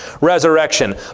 resurrection